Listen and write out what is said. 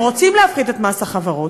אם רוצים להפחית את מס החברות,